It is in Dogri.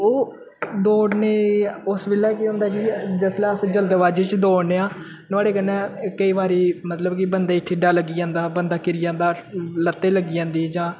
ओह् दौड़ने उस बेल्लै केह् होंदा कि जिसलै अस जल्दबाजी च दौड़ने आं नोहाड़े कन्नै केईं बारी मतलब कि बंदे गी ठेड्डा लग्गी जंदा बंदा गिरी जंदा लत्तै गी लग्गी जंदी जां